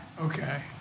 Okay